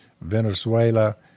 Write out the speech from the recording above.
Venezuela